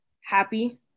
happy